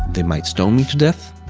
they might stone me to death,